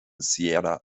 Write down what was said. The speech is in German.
sierra